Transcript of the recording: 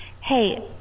hey